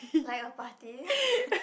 like your party